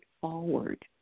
forward